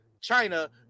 China